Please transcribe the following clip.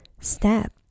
step